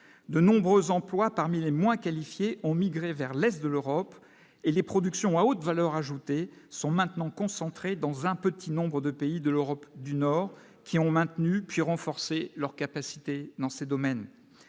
de nombreux emplois parmi les moins qualifiés, ont migré vers l'Est de l'Europe et les productions à haute valeur ajoutée sont maintenant concentrés dans un petit nombre de pays de l'Europe du Nord qui ont maintenu puis renforcer leurs capacités dans ces domaines,